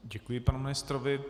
Děkuji panu ministrovi.